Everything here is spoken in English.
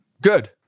good